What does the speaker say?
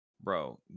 Bro